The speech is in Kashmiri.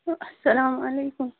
اَسَلامُ علیکُم